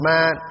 Man